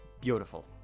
beautiful